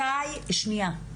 מתי, שניה,